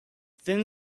thin